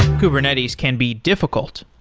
kubernetes can be difficult.